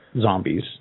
zombies